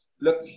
Look